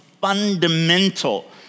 fundamental